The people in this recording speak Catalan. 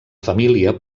família